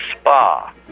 Spa